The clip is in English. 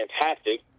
fantastic